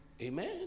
Amen